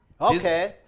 Okay